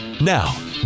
Now